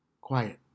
Quiet